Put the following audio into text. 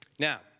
Now